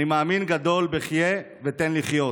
אני מאמין גדול בחיה ותן לחיות,